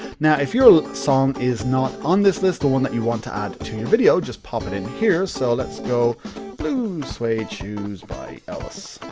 now, if your song is not on this list, the one that you want to add to your video, just pop it in here, so let's go blue suede shoes by elvis.